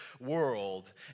world